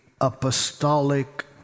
apostolic